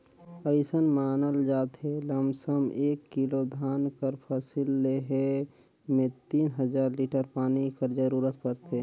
अइसन मानल जाथे लमसम एक किलो धान कर फसिल लेहे में तीन हजार लीटर पानी कर जरूरत परथे